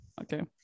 okay